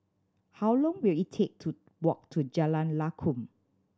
how long will it take to walk to Jalan Lakum